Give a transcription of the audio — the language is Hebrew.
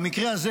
במקרה הזה